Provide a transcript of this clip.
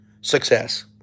success